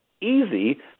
easy